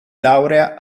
laurea